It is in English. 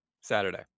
Saturday